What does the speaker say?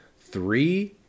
Three